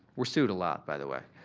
we're sued a lot by the way.